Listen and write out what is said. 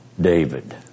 David